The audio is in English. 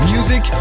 Music